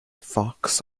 fox